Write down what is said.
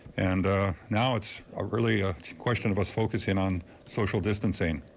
and now, it's ah really a question of us focusing on social distancing.